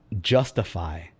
justify